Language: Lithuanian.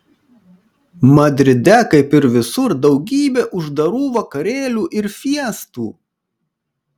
madride kaip ir visur daugybė uždarų vakarėlių ir fiestų